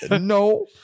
No